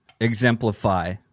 exemplify